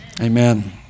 Amen